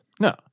No